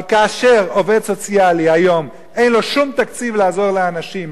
אבל כאשר עובד סוציאלי היום אין לו שום תקציב לעזור לאנשים,